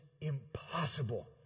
impossible